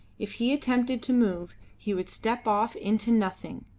if he attempted to move he would step off into nothing,